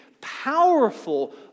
powerful